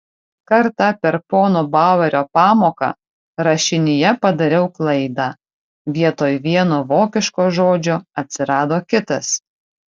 kartą per pono bauerio pamoką rašinyje padariau klaidą vietoj vieno vokiško žodžio atsirado kitas